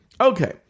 okay